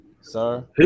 sir